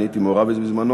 אני הייתי מעורב בזה בזמנו.